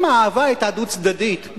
אם האהבה היתה דו-צדדית,